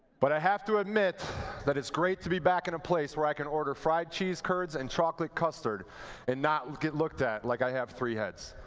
but i have to admit that it's great to be back in a place where i can order fried cheese curds and chocolate custard and not get looked at like i have three heads.